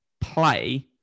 play